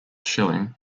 schilling